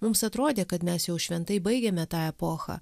mums atrodė kad mes jau šventai baigėme tą epochą